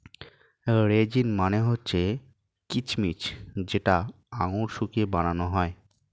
raisin মানে হচ্ছে কিচমিচ যেটা আঙুর শুকিয়ে বানানো হয়